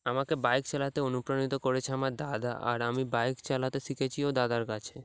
আমাকে বাইক চালাতে অনুপ্রাণিত করেছে আমার দাদা আর আমি বাইক চালাতে শিখেছিও দাদার কাছে